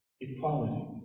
Equality